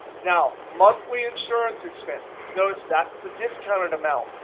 now, monthly insurance expense notice, that's the discounted amount.